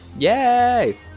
Yay